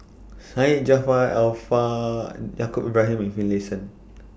Syed Jaafar Alfar Yaacob Ibrahim and Finlayson